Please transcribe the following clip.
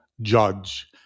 Judge